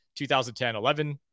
2010-11